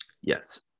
Yes